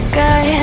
guy